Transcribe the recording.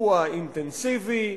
הוא האינטנסיבי,